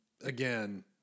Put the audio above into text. Again